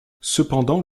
cependant